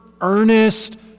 earnest